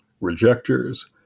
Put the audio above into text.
Rejectors